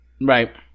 Right